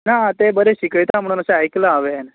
ना ते बरें शिकयता अशें म्हुणून आयकलां हांवे